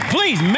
Please